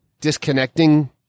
disconnecting